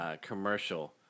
commercial